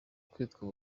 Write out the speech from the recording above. kwitwa